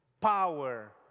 power